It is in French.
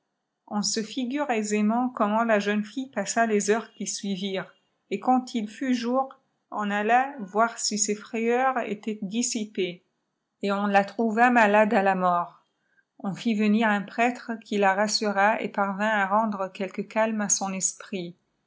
on se figure aisément cofimleni la jeune fille passa lès héurès qui suivirenl quand il fut jour on alla voir si ses frayeurs ëlaieflt dissipées et oti la trouva malade à là rnorl on fit venir un prêtre qiii la rassura et çiarvint à igiiàiè quelttilë calme à son esprit